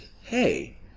hey